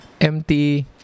empty